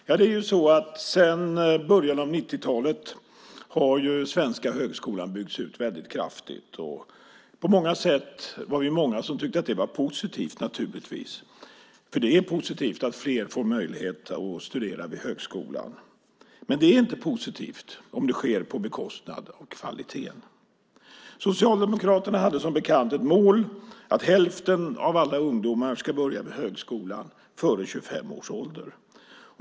Fru talman! Sedan början av 90-talet har den svenska högskolan byggts ut kraftigt. Vi var många som tyckte att det var positivt på många sätt. Det är positivt att fler får möjlighet att studera vid högskolan. Men det är inte positivt om det sker på bekostnad av kvaliteten. Socialdemokraterna hade som bekant ett mål - hälften av alla ungdomar ska börja vid högskolan före 25 års ålder.